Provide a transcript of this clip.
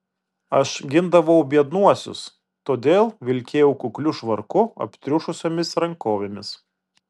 aš gindavau biednuosius todėl vilkėjau kukliu švarku aptriušusiomis rankovėmis